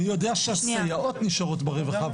אני יודע שהסייעות נשארות ברווחה,